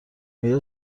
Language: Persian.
آیا